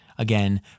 Again